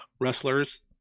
wrestlers